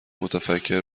متفکر